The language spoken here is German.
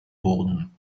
boden